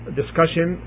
discussion